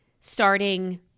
starting